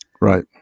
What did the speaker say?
Right